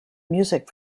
music